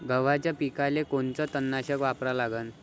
गव्हाच्या पिकावर कोनचं तननाशक वापरा लागन?